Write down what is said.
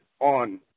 on